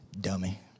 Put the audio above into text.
Dummy